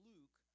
Luke